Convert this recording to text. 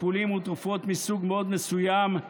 טיפולים ותרופות מסוג מאוד מסוים,